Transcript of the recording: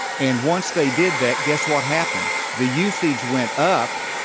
and once they did that guess what happened. the usage went up,